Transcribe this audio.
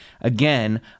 Again